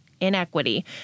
inequity